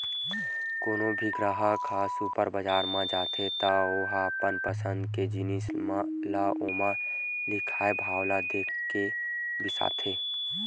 कोनो भी गराहक ह सुपर बजार म जाथे त ओ ह अपन पसंद के जिनिस ल ओमा लिखाए भाव ल देखके बिसाथे